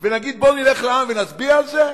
ונגיד בואו נלך לעם ונצביע על זה,